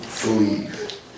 believe